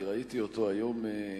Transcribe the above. ראיתי אותו היום